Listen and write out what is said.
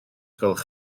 gwelwch